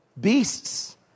beasts